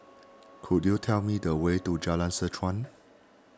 could you tell me the way to Jalan Seh Chuan